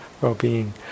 well-being